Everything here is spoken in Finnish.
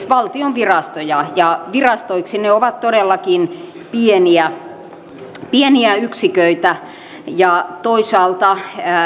valtion virastoja ja virastoiksi ne ovat todellakin pieniä pieniä yksiköitä ja toisaalta